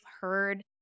heard